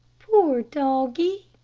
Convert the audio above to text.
poor doggie,